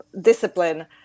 discipline